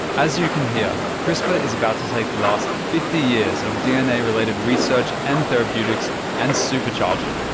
as you can hear, crispr is about to take the last fifty years of dna-related research and therapeutics and super-charge it.